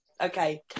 Okay